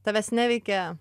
tavęs neveikia